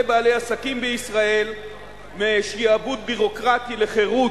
בעלי עסקים בישראל משעבוד ביורוקרטי לחירות.